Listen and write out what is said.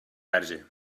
verge